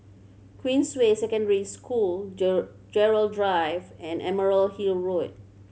Queensway Secondary School Gerald Drive and Emerald Hill Road